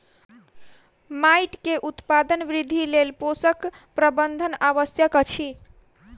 माइट के उत्पादन वृद्धिक लेल पोषक प्रबंधन आवश्यक अछि